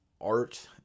art